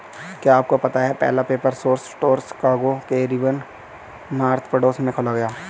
क्या आपको पता है पहला पेपर सोर्स स्टोर शिकागो के रिवर नॉर्थ पड़ोस में खोला गया?